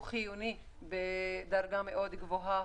הוא גם חיוני בדרגה מאוד גבוהה.